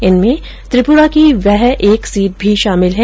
इनमें त्रिपुरा की वह एक सीट भी शामिल है